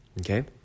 Okay